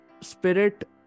spirit